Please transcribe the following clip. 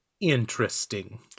interesting